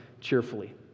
cheerfully